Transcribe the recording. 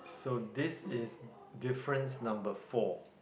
so this is difference number four